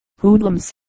hoodlums